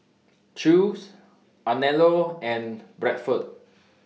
Chew's Anello and Bradford